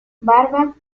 barba